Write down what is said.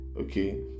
Okay